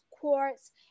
quartz